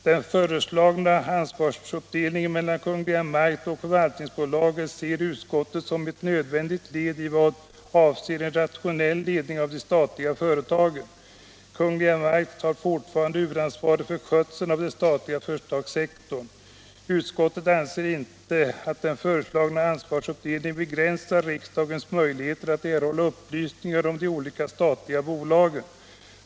—--- Den föreslagna ansvarsuppdelningen mellan Kungl. Maj:t och förvaltningsbolaget ser utskottet som ett nödvändigt led i vad avser en rationell ledning av de statliga företagen. Kungl. Maj:t har fortfarande huvudansvaret för skötseln av den statliga företagssektorn. Utskottet anser inte att den föreslagna ansvarsuppdelningen begränsar riksdagens möjligheter att erhålla upplysningar om de olika statliga bolagen.